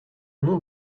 nom